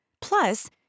Plus